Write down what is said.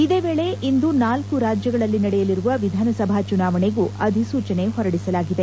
ಇದೇ ವೇಳೆ ಇಂದು ನಾಲ್ಲು ರಾಜ್ಜಗಳಲ್ಲಿ ನಡೆಯಲಿರುವ ವಿಧಾನಸಭಾ ಚುನಾವಣೆಗೂ ಅಧಿಸೂಚನೆ ಹೊರಡಿಸಲಾಗುವುದು